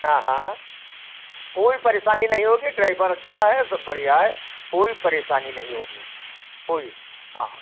हाँ हाँ कोई परेशानी नहीं होगी ड्राइबर अच्छा है सब बढ़िया है कोई परेशानी नहीं होगी कोई हाँ